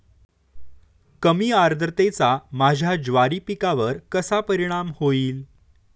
कमी आर्द्रतेचा माझ्या ज्वारी पिकावर कसा परिणाम होईल?